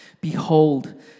Behold